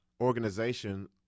organization